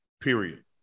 period